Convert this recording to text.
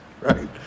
right